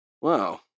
Wow